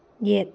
ꯌꯦꯠ